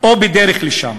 או בדרך לשם,